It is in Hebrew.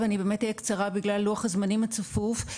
אהיה באמת קצרה בגלל לוח הזמנים הצפוף.